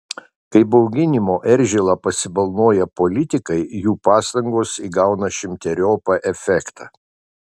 kai bauginimo eržilą pasibalnoja politikai jų pastangos įgauna šimteriopą efektą